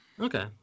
Okay